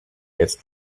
jetzt